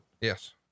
Yes